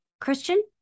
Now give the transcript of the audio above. Christian